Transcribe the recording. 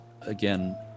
again